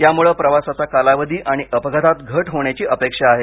यामुळे प्रवासाचा कालावधी आणि अपघातात घट होण्याची अपेक्षा आहे